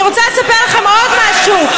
אני רוצה לספר לכם עוד משהו.